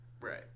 Right